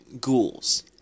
ghouls